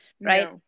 right